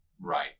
Right